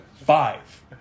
five